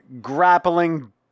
grappling